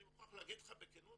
אני מוכרח להגיד לכם בכנות,